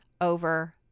over